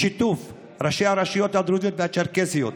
בשיתוף ראשי הרשויות הדרוזיות והצ'רקסיות.